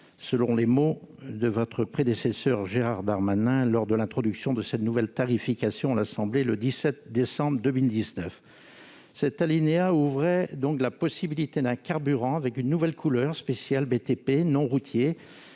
comme l'avait dit votre prédécesseur Gérald Darmanin lors de l'introduction de cette nouvelle tarification à l'Assemblée nationale le 17 décembre 2019. Cet alinéa ouvrait donc la possibilité de produire un carburant avec une nouvelle couleur « spéciale BTP non routier